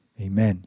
amen